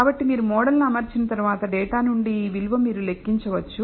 కాబట్టి మీరు మోడల్ను అమర్చిన తర్వాత డేటా నుండి ఈ విలువ మీరు లెక్కించవచ్చు